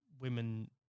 women